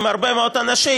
עם הרבה מאוד אנשים,